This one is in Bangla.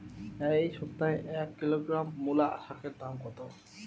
এ সপ্তাহে এক কিলোগ্রাম মুলো শাকের দাম কত?